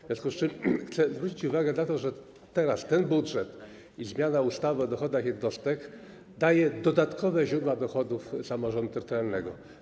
W związku z tym chcę zwrócić uwagę na to, że ten budżet i zmiana ustawy o dochodach jednostek daje dodatkowe źródła dochodów samorządom terytorialnym.